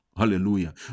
hallelujah